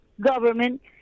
government